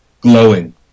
glowing